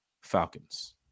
Falcons